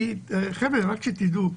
כי, חבר'ה, רק שתדעו,